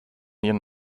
ihren